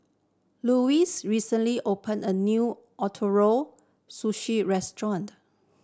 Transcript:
Louies recently opened a new Ootoro Sushi Restaurant